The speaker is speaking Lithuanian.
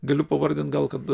galiu pavardint gal kad